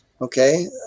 okay